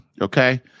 Okay